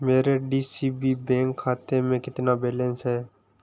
मेरे D C B bank खाते में कितना बैलेंस है